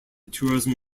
tourism